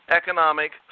economic